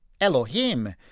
Elohim